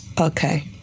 okay